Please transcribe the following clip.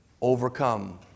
overcome